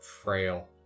frail